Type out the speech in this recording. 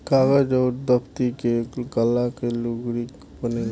कागज अउर दफ़्ती के गाला के लुगरी बनेला